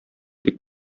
тик